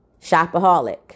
shopaholic